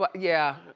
but yeah,